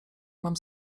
mam